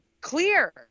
clear